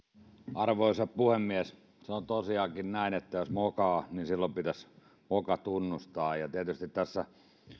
arvoisa puhemies on tosiaankin näin että jos mokaa niin silloin pitäisi moka tunnustaa tietysti tässä